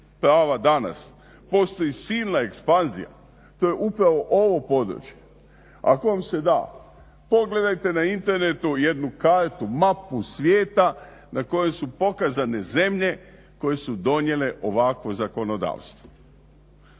prava danas postoji silna ekspanzija to je upravo ovo područje. Ako vam se da pogledajte na Internetu jednu kartu, mapu svijeta na kojoj su pokazane zemlje koje su donijele ovakvo zakonodavstvo.